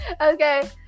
Okay